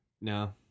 No